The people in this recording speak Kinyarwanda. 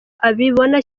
abibona